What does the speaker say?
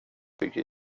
bygger